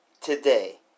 today